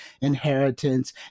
inheritance